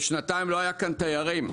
ושנתיים לא היה כאן תיירים.